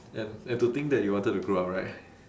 and and to think that you wanted to grow up right